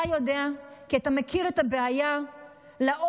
אתה יודע, כי אתה מכיר את הבעיה לעומק.